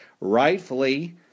rightfully